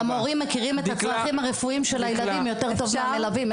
המורים מכירים את הצרכים הרפואיים של הילדים יותר טוב מהמלווים,